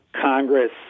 Congress